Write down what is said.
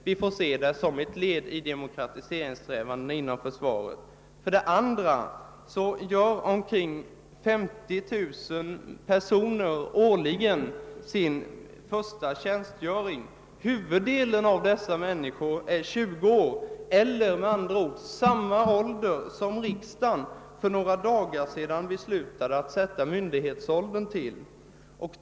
Vi får se det som ett led i demokratiseringssträvandena inom försvaret. Vidare fullgör omkring 50 000 personer årligen sin första militärtjänstgöring, och huvuddelen av dem är 20 år, alltså samma ålder som riksdagen för några dagar sedan beslöt att fastställa som myndighetsålder.